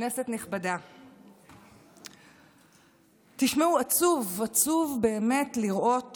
כנסת נכבדה, תשמעו, עצוב, עצוב באמת לראות